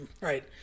Right